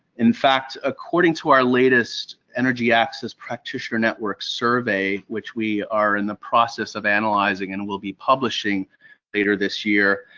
in fact, according to our latest energy access practitioner network survey, which we are in the process of analyzing and will be publishing later this year,